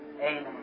Amen